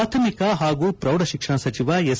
ಪ್ರಾಥಮಿಕ ಹಾಗೂ ಪ್ರೌಢ ಶಿಕ್ಷಣ ಸಚಿವ ಎಸ್